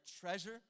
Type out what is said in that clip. treasure